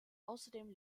außerdem